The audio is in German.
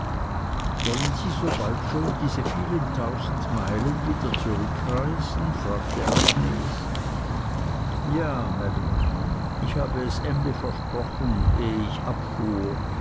wollen sie sobald schon diese viele tausend meilen wieder zurückreisen fragte agnes ja maam ich hab es emly versprochen ehe ich abfuhr